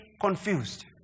confused